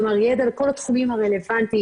כלומר ידע בכל התחומים הרלונטיים,